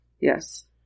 Yes